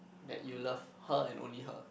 that you love her and only her